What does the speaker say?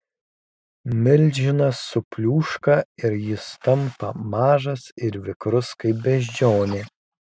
milžinas supliūška jis tampa mažas ir vikrus kaip beždžionė